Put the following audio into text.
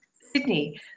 Sydney